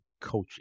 coaching